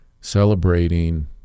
celebrating